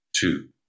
two